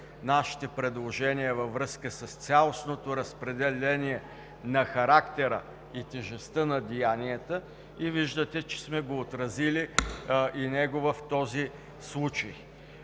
нашите предложения във връзка с цялостното разпределение на характера и тежестта на деянията. Виждате, че сме го отразили и него в този случай.